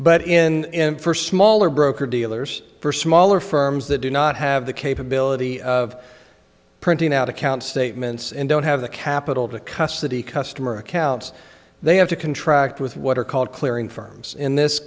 but in for smaller broker dealers for smaller firms that do not have the capability of printing out account statements and don't have the capital to custody customer accounts they have to contract with what are called clearing firms in this